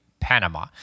Panama